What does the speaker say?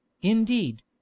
indeed